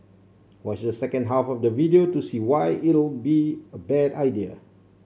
watch the second half of the video to see why it'll be a bad idea